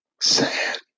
Sad